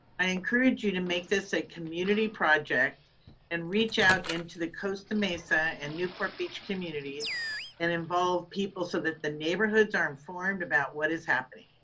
i encourage you to make this a community project and reach out into the costa mesa and newport beach communities and involve people so that the neighborhoods are informed about what is happening.